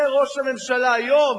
זה ראש הממשלה, היום